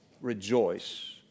Rejoice